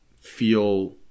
feel